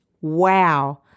Wow